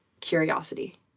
curiosity